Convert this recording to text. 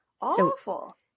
awful